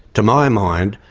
to my mind,